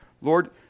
Lord